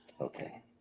okay